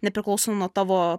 nepriklauso nuo tavo